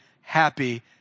happy